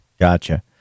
Gotcha